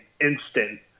instant